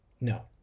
No